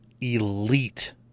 elite